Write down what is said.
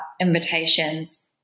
invitations